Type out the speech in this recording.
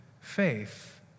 faith